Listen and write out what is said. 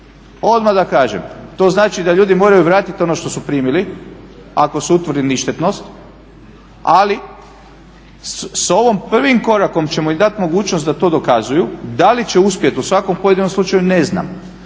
Odmah da kažem, to znači da ljudi moraju vratit ono što su primili ako se utvrdi ništetnost, ali s prvim korakom ćemo im dat mogućnost da to dokazuju. Da li će uspjet u svakom pojedinom slučaju ne znam